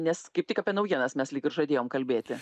nes kaip tik apie naujienas mes lyg ir žadėjom kalbėti